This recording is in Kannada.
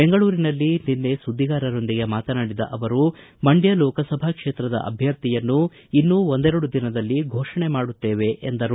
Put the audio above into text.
ಬೆಂಗಳೂರಿನಲ್ಲಿ ನಿನ್ನೆ ಸುದ್ದಿಗಾರರೊಂದಿಗೆ ಮಾತನಾಡಿದ ಅವರು ಮಂಡ್ಕ ಲೋಕಸಭಾ ಕ್ಷೇತ್ರದ ಅಭ್ಯರ್ಥಿಯನ್ನು ಇನ್ನು ಒಂದೆರಡು ದಿನದಲ್ಲಿ ಘೋಷಣೆ ಮಾಡುತ್ತೇವೆ ಎಂದರು